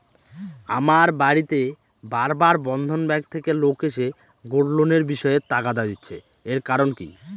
আমার বাড়িতে বার বার বন্ধন ব্যাংক থেকে লোক এসে গোল্ড লোনের বিষয়ে তাগাদা দিচ্ছে এর কারণ কি?